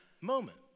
moment